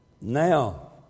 Now